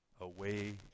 Away